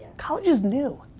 college is new.